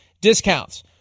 discounts